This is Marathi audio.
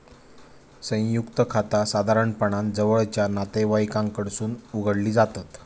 संयुक्त खाता साधारणपणान जवळचा नातेवाईकांकडसून उघडली जातत